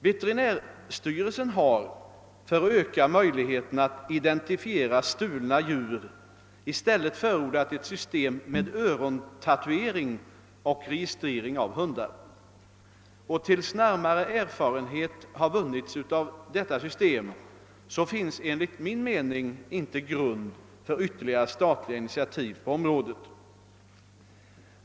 Veterinärstyrelsen har för att öka möjligheterna att identifiera stulna djur i stället förordat ett system med örontatuering och registrering av hundar. Tills närmare erfarenhet vunnits av detta system finns enligt min mening inte grund för ytterligare statliga initiativ på området.